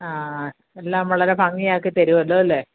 എല്ലാം വളരെ ഭംഗിയാക്കി തരുമല്ലോ അല്ലെ